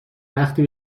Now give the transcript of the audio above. وقتی